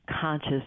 conscious